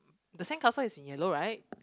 the sand castle is in yellow right